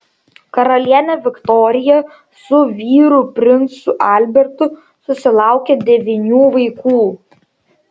karalienė viktorija su vyru princu albertu susilaukė devynių vaikų